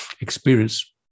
experience